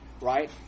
Right